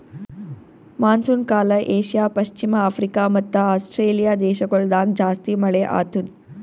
monsoon ಕಾಲ Asia, ಪಶ್ಚಿಮ Africa ಮತ್ತ ಆಸ್ಟ್ರೇಲಿಯಾ ದೇಶಗೊಳ್ದಾಗ್ ಜಾಸ್ತಿ ಮಳೆ ಆತ್ತುದ್